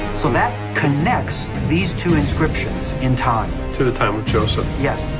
so that connects these two inscriptions in time. to the time of joseph. yes.